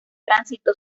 tránsito